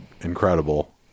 incredible